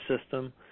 system